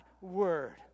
word